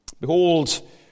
Behold